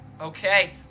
okay